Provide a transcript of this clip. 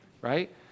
right